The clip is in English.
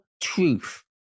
truth